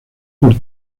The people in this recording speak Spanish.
por